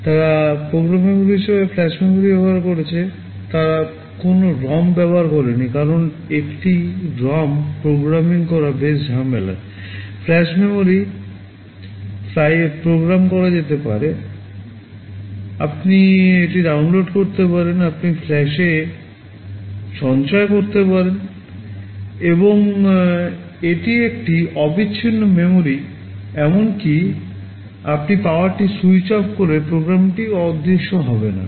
তারা program memory হিসাবে flash memory করে প্রোগ্রামটি অদৃশ্য হবে না